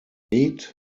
eight